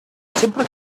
sempre